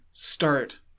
Start